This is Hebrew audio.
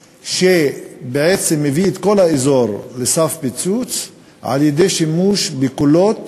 שבעצם מביא את כל האזור לסף פיצוץ על-ידי שימוש בקולות